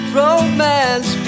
romance